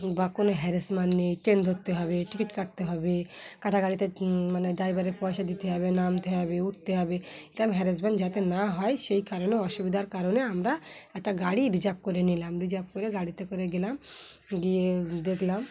harassment নেই train ধরতে হবে টিকিট কাটতে হবে কাটা গাড়িতে মানে ড্রাইভারের পয়সা দিতে হবে নামতে হবে উঠতে হবে এরম হ্যারাসমেন্ট যাতে না হয় সেই কারণে অসুবিধার কারণে আমরা একটা গাড়ি রিজার্ভ করে নিলাম রিজার্ভ করে গাড়িতে করে গেলাম গিয়ে দেখলাম